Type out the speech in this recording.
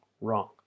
wrong